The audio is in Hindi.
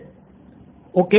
student 3 okay